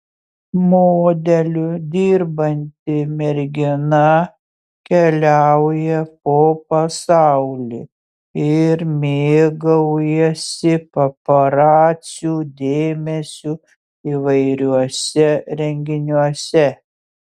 modeliu dirbanti mergina keliauja po pasaulį ir mėgaujasi paparacių dėmesiu įvairiuose renginiuose